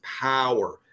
power